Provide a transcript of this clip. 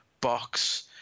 box